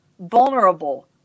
vulnerable